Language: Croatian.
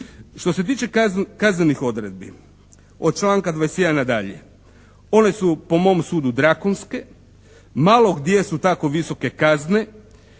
Što se tiče kaznenih odredbi od članka 21. nadalje one su po mom sudu drakonske, malo gdje su tako visoke kazne,